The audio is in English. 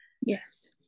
Yes